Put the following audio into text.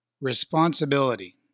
responsibility